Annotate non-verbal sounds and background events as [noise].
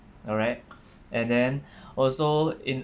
all right [breath] and then [breath] also in